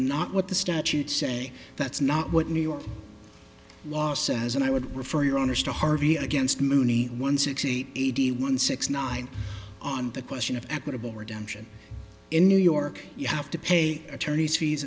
not what the statutes say that's not what new york law says and i would refer your honour's to harvey against muhney one sixty eight eighty one six nine on the question of equitable redemption in new york you have to pay attorney's fees